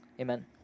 Amen